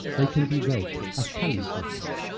they can be read as palimpsests,